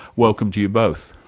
welcome to you both.